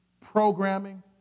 programming